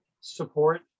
support